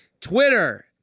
Twitter